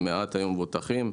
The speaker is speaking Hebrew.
מעט היו מבוטחים.